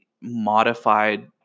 modified